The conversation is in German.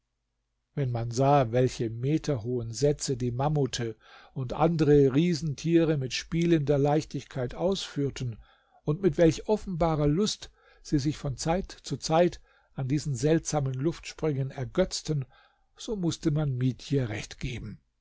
wenn man sah welche meterhohen sätze die mammute und andre riesentiere mit spielender leichtigkeit ausführten und mit welch offenbarer lust sie sich von zeit zu zeit an diesen seltsamen luftsprüngen ergötzten so mußte man mietje recht geben